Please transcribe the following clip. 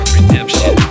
redemption